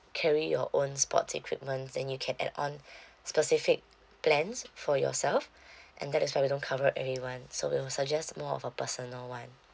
carry your own sports equipments then you can add on specific plans for yourself and that is why we don't cover everyone so we will suggest more of a personal one